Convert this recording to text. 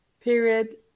period